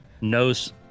knows